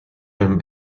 him